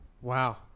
Wow